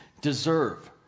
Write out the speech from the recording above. deserve